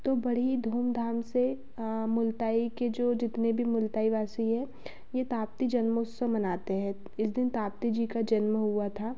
तो बड़ी धूम धाम से मुलताई के जो जितने भी मुलताई वासी है यह ताप्ती जन्मोत्सव मनाते हैं इस दिन ताप्ती जी का जन्म हुआ था